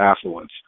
affluence